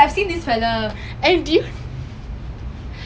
then the the guy the I_F_P product guy